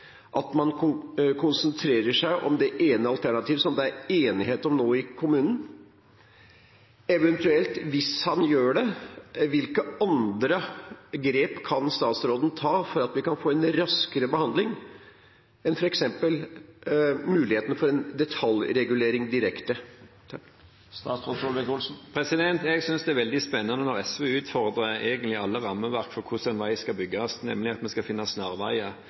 at man konsentrerer seg om det ene alternativet, som det er enighet om i kommunen nå? Eventuelt hvis han gjør det, hvilke andre grep kan statsråden ta for at vi kan få en raskere behandling enn f.eks. muligheten for en detaljregulering direkte? Jeg synes det er veldig spennende når SV utfordrer alle rammeverk for hvordan en vei skal bygges, nemlig at vi skal finne snarveier.